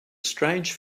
strange